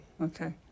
Okay